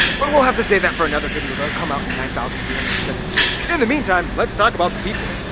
but we'll have to save that for another video, that'll come out in nine thousand three hundred and seventy four years. in the meantime, let's talk about the people.